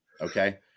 okay